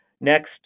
next